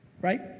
Right